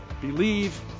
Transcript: believe